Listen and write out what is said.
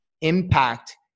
impact